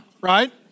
right